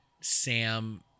Sam